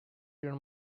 your